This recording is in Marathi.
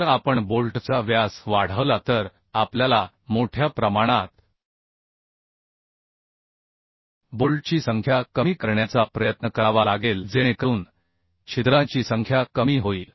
जर आपण बोल्टचा व्यास वाढवला तर आपल्याला मोठ्या प्रमाणात बोल्टची संख्या कमी करण्याचा प्रयत्न करावा लागेल जेणेकरून छिद्रांची संख्या कमी होईल